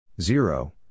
Zero